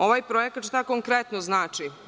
Ovaj projekat šta konkretno znači?